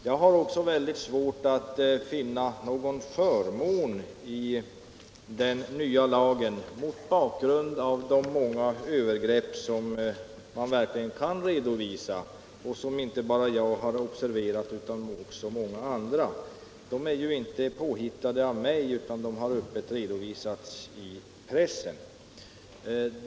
Jag har mycket svårt att finna någon förmån i den nya lagen mot bakgrund av de många övergrepp som man verkligen kan redovisa, som inte bara jag har observerat utan också många andra. De är ju inte påhittade av mig, utan de har öppet redovisats i pressen.